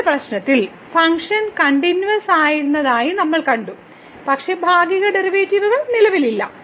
മുമ്പത്തെ പ്രശ്നത്തിൽ ഫംഗ്ഷൻ കണ്ടിന്യൂവസ്സായിരുന്നതായി നമ്മൾ കണ്ടു പക്ഷേ ഭാഗിക ഡെറിവേറ്റീവുകൾ നിലവിലില്ല